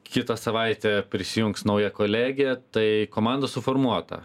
kitą savaitę prisijungs nauja kolegė tai komanda suformuota